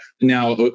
Now